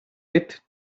with